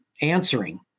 answering